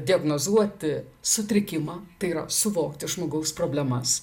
diagnozuoti sutrikimą tai yra suvokti žmogaus problemas